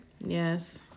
Yes